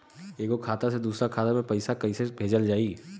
एगो खाता से दूसरा खाता मे पैसा कइसे भेजल जाई?